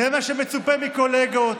זה מה שמצופה מקולגות.